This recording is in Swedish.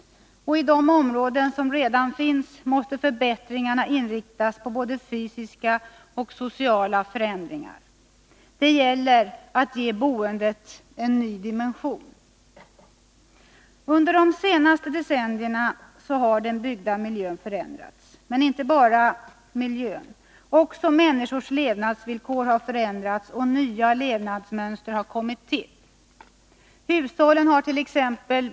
I de områden som redan finns måste förbättringarna inriktas på både fysiska och sociala förändringar. Det gäller att ge boendet en ny dimension. Under de senaste decennierna har den byggda miljön förändrats. Men inte bara miljön. Också människors levnadsvillkor har förändrats och nya levnadsmönster har kommit till. Hushållen hart.ex.